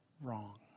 wrong